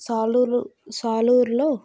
Saluru సాలూరులో